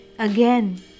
Again